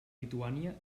lituània